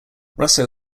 russo